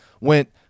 went